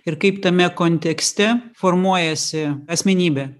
ir kaip tame kontekste formuojasi asmenybė